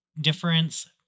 difference